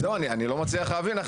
זהו, אני לא מצליח להבין.